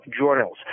journals